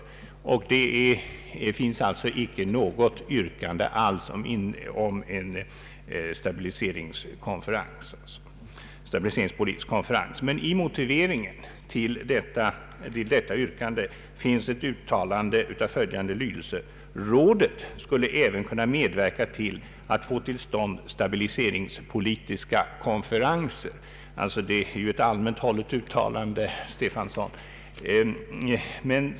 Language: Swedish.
Där finns alltså icke något yrkande om en stabiliseringspolitisk konferens. Men i motiveringen till detta yrkande finns ett uttalande av följande lydelse: ”Rådet skulle även kunna medverka till att få till stånd stabiliseringspolitiska konferenser.” Det är ett allmänt hållet uttalande, herr Stefanson.